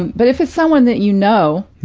but if it's someone that you know